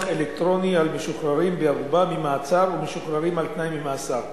אלקטרוני על משוחררים בערובה ממעצר ומשוחררים על-תנאי ממאסר.